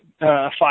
five